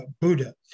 Buddha